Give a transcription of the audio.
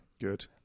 Good